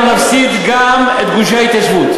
אנחנו נפסיד גם את גושי ההתיישבות.